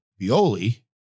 Violi